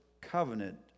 covenant